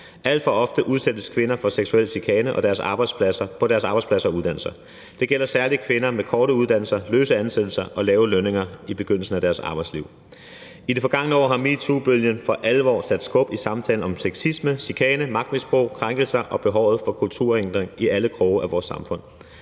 Alt for ofte udsættes kvinder for seksuel chikane på deres arbejdspladser og uddannelser. Det gælder særlig kvinder med korte uddannelser, løse ansættelser og lave lønninger i begyndelsen af deres arbejdsliv. I det forgangne år har metoobølgen for alvor sat skub i samtalen om sexisme, chikane, magtmisbrug, krænkelser og behovet for en kulturændring i alle kroge af vores samfund,